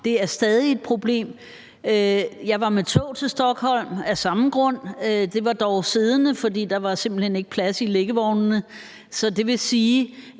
Det er stadig et problem. Jeg var med tog til Stockholm af samme grund. Det var dog siddende, for der var simpelt hen ikke plads i liggevognene.